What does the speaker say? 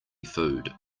food